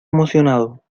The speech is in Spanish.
emocionado